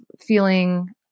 feeling